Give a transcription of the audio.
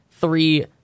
three